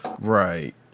Right